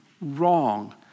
wrong